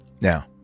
Now